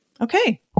Okay